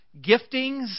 giftings